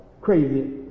crazy